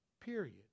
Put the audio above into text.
period